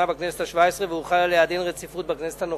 בכנסת השבע-עשרה והוחל עליה דין רציפות בכנסת הנוכחית.